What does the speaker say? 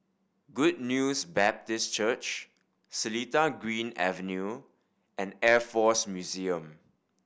Good News Baptist Church Seletar Green Avenue and Air Force Museum